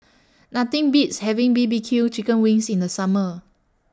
Nothing Beats having B B Q Chicken Wings in The Summer